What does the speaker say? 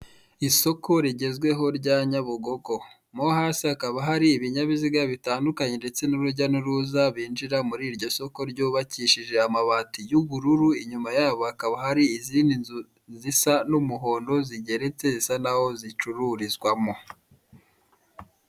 Isoko rigezweho rya Nyabugogo mo hasi hakaba hari ibinyabiziga bitandukanye ndetse n'urujya n'uruza binjira muri iryo soko ry'ubakishije amabati y'ubururu, inyuma yabo hakaba hari izindi nzu zisa n'umuhondo zigeretse zisa naho zicururizwamo.